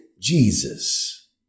Jesus